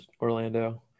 Orlando